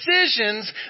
decisions